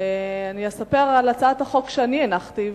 אני אספר על הצעת החוק שאני הנחתי,